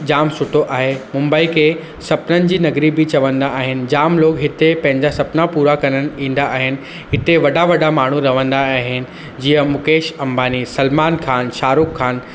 ॼामु सुठो आहे मुंबई खे सपननि जी नगरी बि चवंदा आहिनि जामु लोग हिते पंहिंजा सपना पूरा करणु ईंदा आहिनि इते वॾा वॾा माण्हू रहंदा आहिनि जीअं मुकेश अम्बानी सलमान ख़ान शाहरुख ख़ान